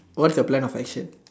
what's the plan of action